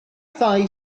ddau